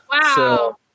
Wow